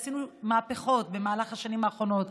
עשינו מהפכות בשנים האחרונות.